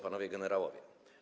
Panowie Generałowie!